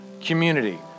community